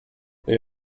they